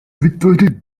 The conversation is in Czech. vytvořit